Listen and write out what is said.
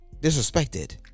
Disrespected